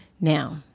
Now